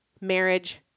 marriage